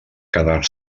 quedar